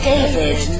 David